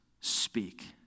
Speak